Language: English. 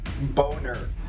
Boner